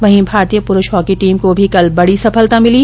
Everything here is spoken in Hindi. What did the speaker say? वहीं भारतीय पुरूष हॉकी टीम को भी कल बड़ी सफलता मिली